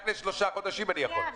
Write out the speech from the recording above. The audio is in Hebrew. רק לשלושה חודשים אני יכול.